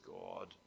God